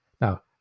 Now